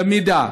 למידע.